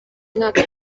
mwaka